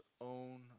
own